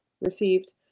received